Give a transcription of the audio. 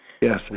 Yes